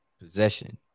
possession